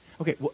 Okay